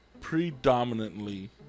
predominantly